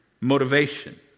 motivation